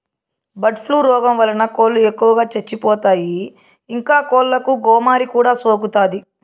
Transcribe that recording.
bird flu రోగం వలన కోళ్ళు ఎక్కువగా చచ్చిపోతాయి, ఇంకా కోళ్ళకు గోమారి కూడా సోకుతాది